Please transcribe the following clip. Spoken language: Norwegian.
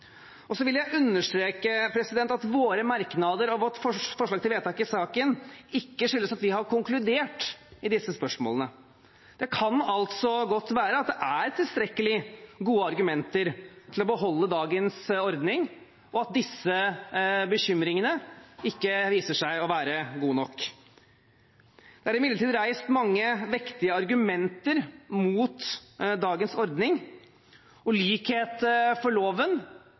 vil også understreke at våre merknader og vårt forslag til vedtak i saken ikke skyldes at vi har konkludert i disse spørsmålene. Det kan altså godt være at det er tilstrekkelig gode argumenter for å beholde dagens ordning, og at disse bekymringene ikke viser seg å være gode nok. Det er imidlertid reist mange vektige argumenter mot dagens ordning, og likhet for loven